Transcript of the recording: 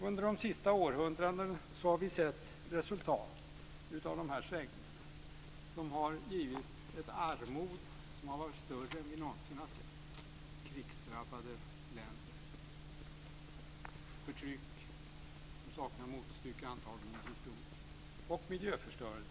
Under de senaste århundradena har vi sett resultaten av de här svängningarna - ett armod större än vi någonsin sett i krigsdrabbade länder och ett förtryck som antagligen saknar motstycke i historien. Vidare handlar det om miljöförstörelse.